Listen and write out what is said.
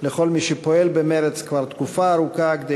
לכל מי שפועל במרץ כבר תקופה ארוכה כדי